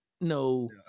no